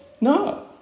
No